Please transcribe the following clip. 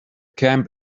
camp